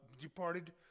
departed